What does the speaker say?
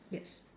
yes